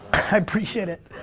i appreciate it.